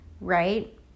right